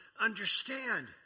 understand